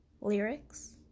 lyrics